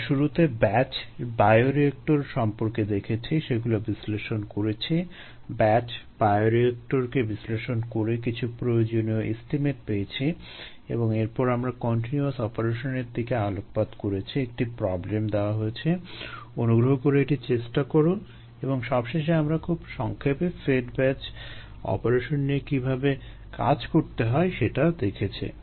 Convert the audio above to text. আমরা শুরুতে batch bioreactor সম্পর্কে দেখেছি সেগুলো বিশ্লেষণ করেছি ব্যাচ বায়োরিয়েক্টরকে বিশ্লেষণ করে কিছু প্রয়োজনীয় এস্টিমেট পেয়েছি এবং এরপর আমরা কন্টিনিউয়াস অপারেশনের দিকে আলোকপাত করেছি একটি প্রবলেম দেওয়া হয়েছে অনুগ্রহ করে এটি চেষ্টা করো এবং সবশেষে আমরা খুব সংক্ষেপে ফেড ব্যাচ অপারেশন নিয়ে কীভাবে কাজ করতে হয় সেটা দেখেছি